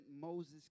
Moses